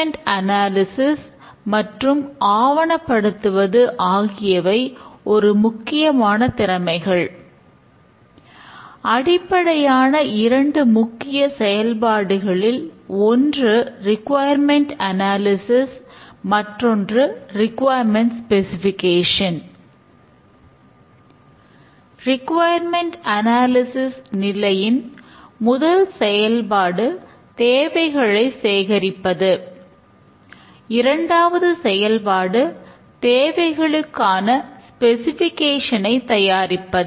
requirement analysis ஐ தயாரிப்பது